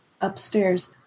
upstairs